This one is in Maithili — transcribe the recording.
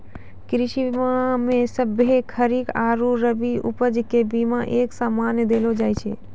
कृषि बीमा मे सभ्भे खरीक आरु रवि उपज के बिमा एक समान देलो जाय छै